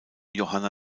johanna